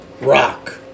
rock